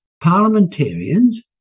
parliamentarians